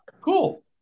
cool